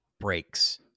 breaks